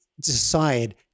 decide